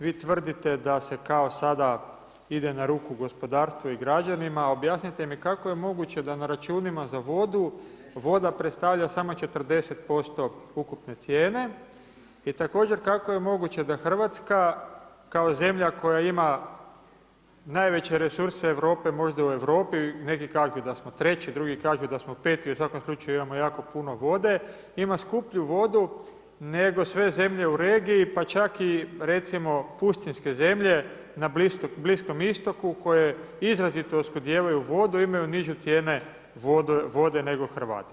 Vi tvrdite da se kao sada ide na ruku gospodarstvu i građanima, a objasnite mi kako je moguće na računima za vodu voda predstavlja samo 40% ukupne cijene i također kako je moguće da Hrvatska kao zemlja koja ima najveće resurse Europe možda u Europi, neki kažu da smo treći, drugi kažu da smo peti u svakom slučaju imamo jako puno vode, ima skuplju vodu nego sve zemlje u regiji pa čak i recimo pustinjske zemlje na Bliskom Istoku koje izrazito oskudijevaju vodom, imaju niže cijene vode nego Hrvati.